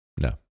No